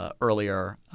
earlier